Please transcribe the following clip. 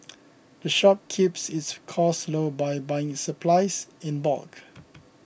the shop keeps its costs low by buying its supplies in bulk